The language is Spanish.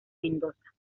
mendoza